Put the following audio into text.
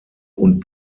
und